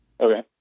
Okay